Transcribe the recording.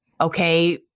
okay